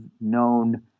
known